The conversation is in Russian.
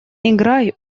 играй